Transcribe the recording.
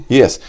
yes